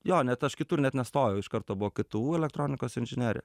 jo net aš kitur net nestojau iš karto buvo ktu elektronikos inžinerija